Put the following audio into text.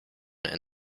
and